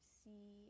see